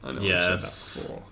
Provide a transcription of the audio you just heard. Yes